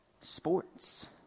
Sports